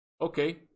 Okay